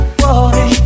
boy